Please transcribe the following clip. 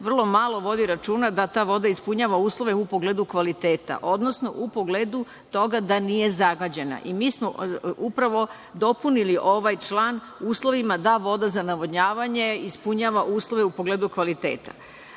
vrlo malo vodi računa da ta voda ispunjava uslove u pogledu kvaliteta, odnosno u pogledu toga da nije zagađena. Mi smo dopunili ovaj član uslovima da voda za navodnjavanje ispunjava uslove u pogledu kvaliteta. Vi